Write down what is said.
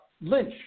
Lynch